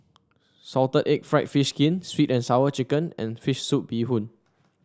Salted Egg fried fish skin sweet and Sour Chicken and fish soup Bee Hoon